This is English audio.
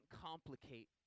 complicate